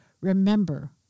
remember